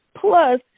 Plus